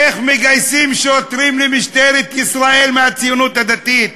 איך מגייסים שוטרים למשטרת ישראל מהציונות הדתית?